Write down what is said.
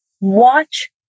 watch